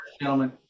Gentlemen